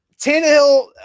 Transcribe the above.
Tannehill